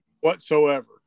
whatsoever